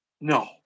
No